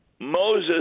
Moses